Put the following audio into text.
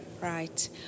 right